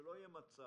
שלא יהיה מצב